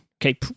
Okay